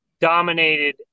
dominated